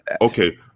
okay